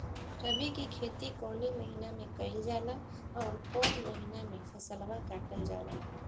रबी की खेती कौने महिने में कइल जाला अउर कौन् महीना में फसलवा कटल जाला?